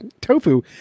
tofu